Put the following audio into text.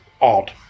odd